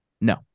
No